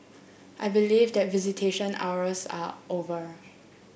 I believe that visitation hours are over